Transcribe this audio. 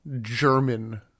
German